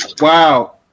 Wow